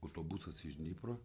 autobusas iš dnipro